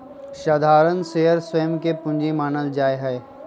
साधारण शेयर स्वयं के पूंजी मानल जा हई